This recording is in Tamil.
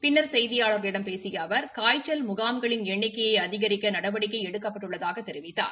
பின்னர் செய்தியாளர்களிடம் பேசிய அவர் காய்ச்சல் முகாம்களின் எண்ணிக்கையை அதிகரிக்க நடவடிக்கை எடுக்கப்பட்டுள்ளதாகத் தெரிவித்தார்